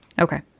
Okay